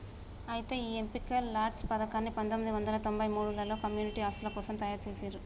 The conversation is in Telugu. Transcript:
అయితే ఈ ఎంపీ లాట్స్ పథకాన్ని పందొమ్మిది వందల తొంభై మూడులలో కమ్యూనిటీ ఆస్తుల కోసం తయారు జేసిర్రు